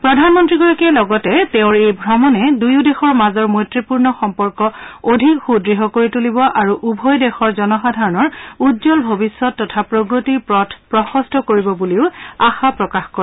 প্ৰধানমন্ত্ৰীয়ে লগতে তেওঁৰ এই ভ্ৰমণে দুয়ো দেশৰ মাজৰ মৈত্ৰীপূৰ্ণ সম্পৰ্ক অধিক সুদৃঢ় কৰি তুলিব আৰু উভয় দেশৰ জনসাধাৰণৰ উজ্বল ভৱিষ্যৎ আৰু প্ৰগতিৰ পথ প্ৰশস্ত কৰিব বুলি আশা প্ৰকাশ কৰে